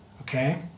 okay